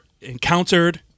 Encountered